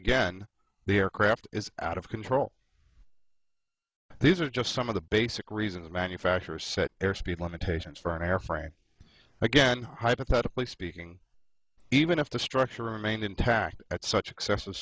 again the aircraft is out of control these are just some of the basic reasons manufacturers set air speed limitations for an airframe again hypothetically speaking even if the structure remained intact at such excess